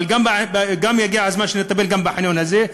אבל יגיע הזמן שנטפל גם בחניון הזה,